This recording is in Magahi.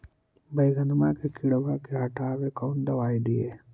बैगनमा के किड़बा के हटाबे कौन दवाई दीए?